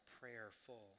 prayerful